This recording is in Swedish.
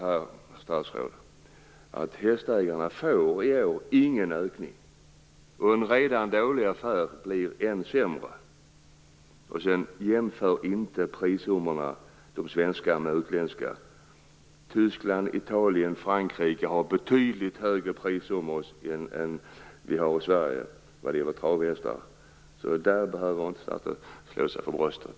Hästägarna får ingen ökning i år. En redan dålig affär blir än sämre. Jämför inte de svenska prissummorna med utländska. I Tyskland, Italien och Frankrike har man betydligt högre prissummor än vad vi har i Sverige vad det gäller travhästar. Där behöver inte statsrådet slå sig för bröstet.